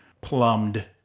plumbed